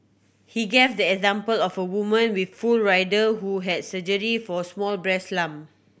he gave the example of a woman with full rider who had surgery for small breast lump